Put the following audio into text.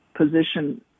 position